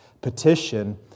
petition